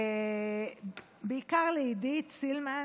בעיקר לעידית סילמן,